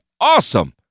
Awesome